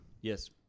Yes